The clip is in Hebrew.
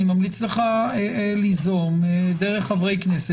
ואני ממליץ לך ליזום דרך חברי כנסת,